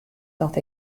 dat